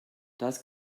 das